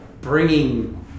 bringing